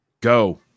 Go